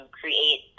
create